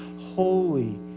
Holy